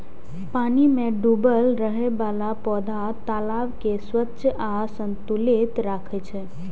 पानि मे डूबल रहै बला पौधा तालाब कें स्वच्छ आ संतुलित राखै छै